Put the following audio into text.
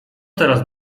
teraz